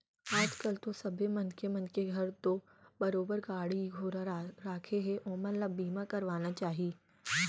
आज कल तो सबे मनखे मन के घर तो बरोबर गाड़ी घोड़ा राखें हें ओमन ल बीमा करवाना चाही